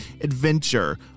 adventure